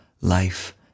life